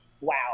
wow